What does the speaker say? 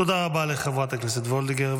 תודה רבה לחברת הכנסת וולדיגר.